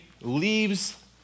leaves